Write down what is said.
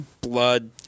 blood